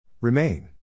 Remain